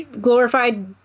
glorified